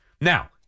Now